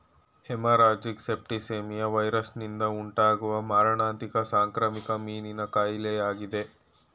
haemorrhagic septicaemia ವೈರಸ್ನಿಂದ ಉಂಟಾಗುವ ಮಾರಣಾಂತಿಕ ಸಾಂಕ್ರಾಮಿಕ ಮೀನಿನ ಕಾಯಿಲೆಯಾಗಿದೆ